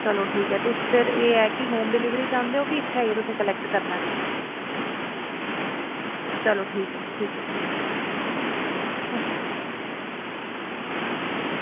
चलो ठीक ऐ तुसें फिर एह् ऐ की होम डिलवरी चांहदे ओ की इत्थें आइयै तुसें कलेक्ट करना चलो ठीक ऐ ठीक ऐ